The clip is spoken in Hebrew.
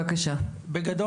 בגדול,